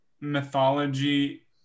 mythology